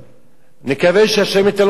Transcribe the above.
נקווה שה' ייתן לו רפואה שלמה,